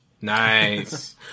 Nice